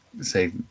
Say